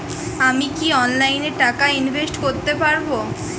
আমি কি অনলাইনে টাকা ইনভেস্ট করতে পারবো?